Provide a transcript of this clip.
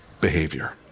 behavior